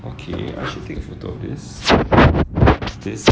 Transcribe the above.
okay I want to take photo of this